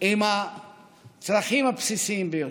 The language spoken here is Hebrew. עם הצרכים הבסיסיים ביותר.